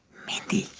mindy,